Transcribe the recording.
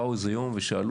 באו איזה יום ושאלו,